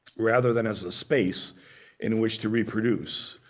rather than as a space in which to reproduce.